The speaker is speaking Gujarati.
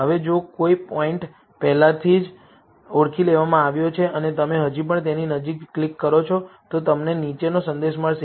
હવે જો કોઈ પોઇન્ટ પહેલાથી જ ઓળખી લેવામાં આવ્યો છે અને તમે હજી પણ તેની નજીક ક્લિક કરો છો તો તમને નીચેનો સંદેશ મળશે